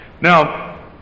Now